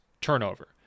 turnover